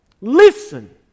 Listen